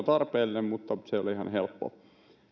tarpeellinen mutta se ei ole ihan helppo